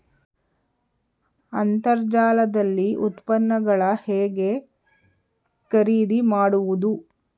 ಅಂತರ್ಜಾಲದಲ್ಲಿ ಉತ್ಪನ್ನಗಳನ್ನು ಹೇಗೆ ಖರೀದಿ ಮಾಡುವುದು?